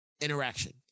interaction